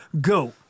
Go